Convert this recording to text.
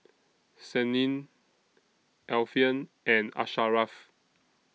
Senin Alfian and Asharaff